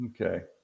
okay